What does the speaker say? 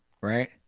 right